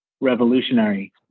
revolutionary